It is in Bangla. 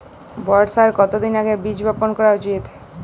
বর্ষার কতদিন আগে বীজ বপন করা উচিৎ?